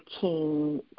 king